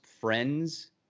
friends